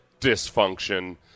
dysfunction